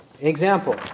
Example